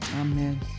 amen